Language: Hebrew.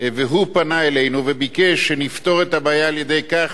והוא פנה אלינו וביקש שנפתור את הבעיה על-ידי כך